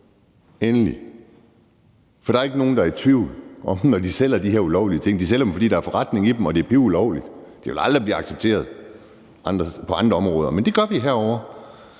endelig! For der er ikke nogen, der er i tvivl, når de sælger de her ulovlige ting. De sælger dem, fordi der er forretning i dem, og det er pivulovligt. Det ville aldrig blive accepteret på andre områder, men det gør vi herovre